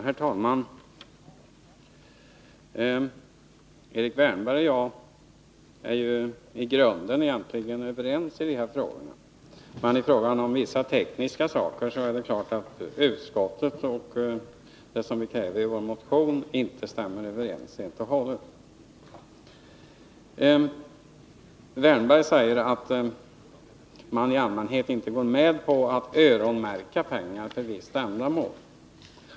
Herr talman! Erik Wärnberg och jag är i grunden egentligen överens i dessa frågor. Men när det gäller vissa tekniska saker är det klart att utskottets uppfattning och vad vi kräver i vår motion inte stämmer överens helt och hållet. Erik Wärnberg säger att man i allmänhet inte går med på att öronmärka pengar för visst ändamål.